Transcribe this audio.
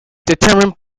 determined